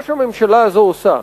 מה שהממשלה הזו עושה,